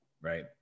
Right